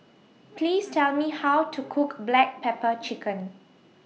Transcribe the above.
Please Tell Me How to Cook Black Pepper Chicken